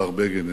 השר בגין,